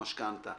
המשכנתה.